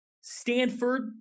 Stanford